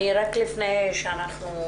רק לפני שאנחנו